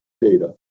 data